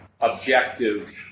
objective